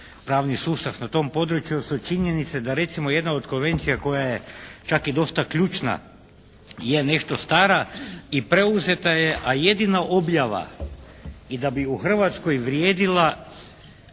pravni sustav na tom području su činjenice da recimo jedna od konvencija koja je čak i dosta ključna je nešto stara i preuzeta je a jedina objava i da bi u Hrvatskoj vrijedila